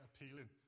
appealing